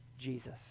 Jesus